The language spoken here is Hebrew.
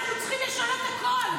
אנחנו צריכים לשנות הכול,